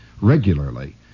Regularly